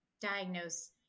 diagnose